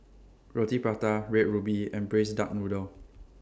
Roti Prata Red Ruby and Braised Duck Noodle